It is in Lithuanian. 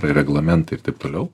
reglamentai ir taip toliau